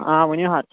آ ؤنِو حظ